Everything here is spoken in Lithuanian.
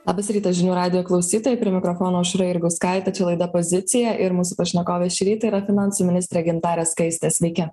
labas rytas žinių radijo klausytojai prie mikrofono aušra jurgauskaitė čia laida pozicija ir mūsų pašnekovė šį rytą yra finansų ministrė gintarė skaistė sveiki